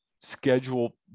schedule